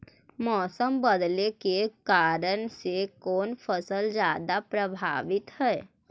मोसम बदलते के कारन से कोन फसल ज्यादा प्रभाबीत हय?